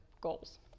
goals